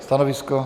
Stanovisko?